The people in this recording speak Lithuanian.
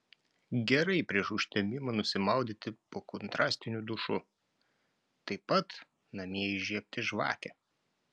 gerai prieš užtemimą nusimaudyti po kontrastiniu dušu taip pat namie įžiebti žvakę